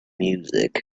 music